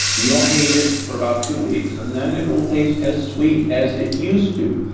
you'll hate it for about two weeks and then it'll taste as sweet as it used to.